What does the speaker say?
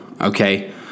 Okay